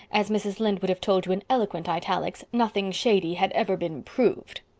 as mrs. lynde would have told you in eloquent italics, nothing shady had ever been proved.